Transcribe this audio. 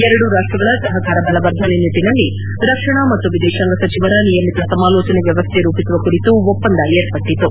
ಎರಡೂ ರಾಷ್ಟಗಳ ಸಹಕಾರ ಬಲವರ್ಧನೆ ನಿಟ್ಟನಲ್ಲಿ ರಕ್ಷಣಾ ಮತ್ತು ವಿದೇಶಾಂಗ ಸಚಿವರ ನಿಯಮಿತ ಸಮಾಲೋಚನೆ ವ್ಲವಸ್ಥೆ ರೂಪಿಸುವ ಕುರಿತು ಒಪ್ಪಂದ ಏರ್ಪಟ್ಟತು